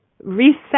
reset